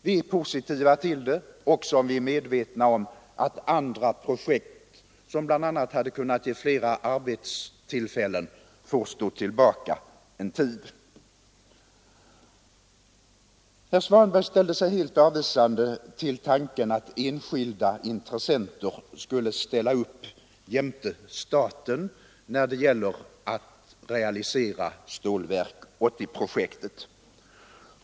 Vi är positiva till det också om vi är medvetna om att andra projekt, som bl.a. kunde ha givit fler arbetstillfällen, får stå tillbaka en tid. Herr Svanberg ställde sig helt avvisande till tanken att enskilda intressenter skulle ställa upp jämte staten för att realisera Stålverk 80-projektet.